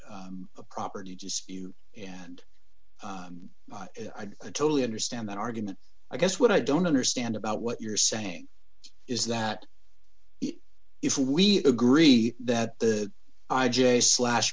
a property just you and i totally understand that argument i guess what i don't understand about what you're saying is that if we agree that the i j a slash